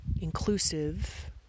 inclusive